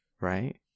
right